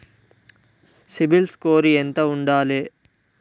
CIBIL score ఎంత ఉండాలే?